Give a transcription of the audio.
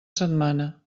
setmana